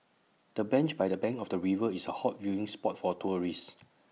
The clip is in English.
the bench by the bank of the river is A hot viewing spot for tourists